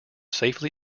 safely